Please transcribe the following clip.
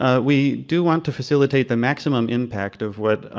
ah we do want to facilitate the maximum impact of what